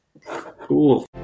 cool